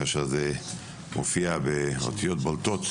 כאשר זה מופיע באותיות בולטות,